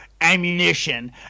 ammunition